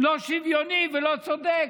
לא שוויוני ולא צודק.